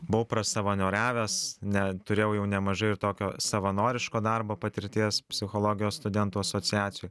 buvau prasavanoriavęs ne turėjau nemažai ir tokio savanoriško darbo patirties psichologijos studentų asociacijoj